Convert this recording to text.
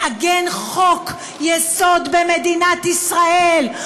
לעגן חוק-יסוד במדינת ישראל,